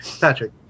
Patrick